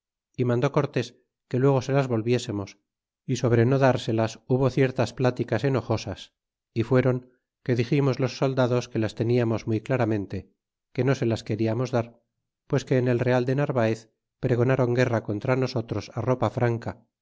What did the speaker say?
y mandó cortés que luego se las volviésemos y sobre no dárselas hubo ciertas pláticas enojosas y fueron que diximos los soldados que las teniamos muy claramente que no se las queríamos dar pues que en el real de narvaez pregonaron guerra contra nosotros ropa franca